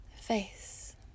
face